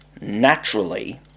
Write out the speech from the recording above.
naturally